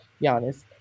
Giannis